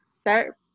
start